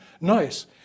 Nice